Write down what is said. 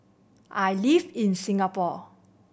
I live in Singapore